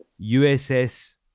USS